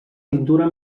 tintura